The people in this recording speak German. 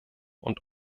und